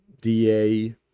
DA